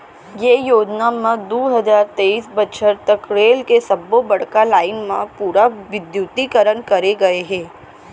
ये योजना म दू हजार तेइस बछर तक रेल के सब्बो बड़का लाईन म पूरा बिद्युतीकरन करे गय हे